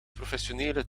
professionele